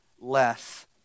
less